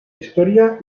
historia